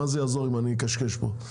מה זה יעזור אם אני אקשקש פה?